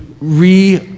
re